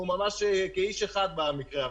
אנחנו ממש כאיש אחד במקרה.